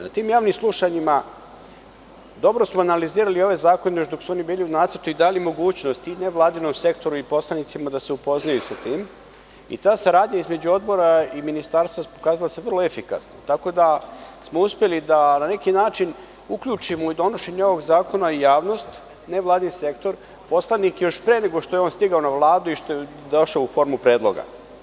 Na tim javnim slušanjima dobro smo analizirali ove zakone još dok su oni bili u nacrtu i dali mogućnost nevladinom sektoru i poslanicima da se upoznaju sa tim i ta saradnja između Odbora i Ministarstva je vrlo efikasna, tako da smo uspeli da na neki način uključimo u donošenje ovog zakona i javnost, nevladin sektor, poslanike, još pre nego što je on stigao na Vladu i što je došao u formi predloga.